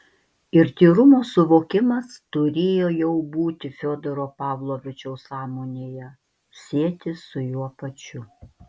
ir tyrumo suvokimas turėjo jau būti fiodoro pavlovičiaus sąmonėje sietis su juo pačiu